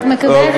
את מקבלת?